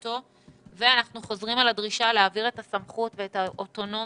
אנחנו חוזרים על הדרישה להעביר את הסמכות ואת האוטונומיה,